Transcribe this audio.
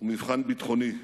ומבחן ביטחוני.